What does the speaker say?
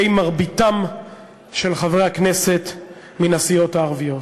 מרביתם של חברי הכנסת מן הסיעות הערביות.